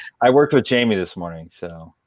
i worked with jamie this morning. so